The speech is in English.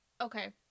Okay